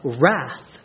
wrath